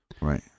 Right